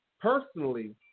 personally